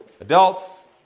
adults